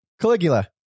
Caligula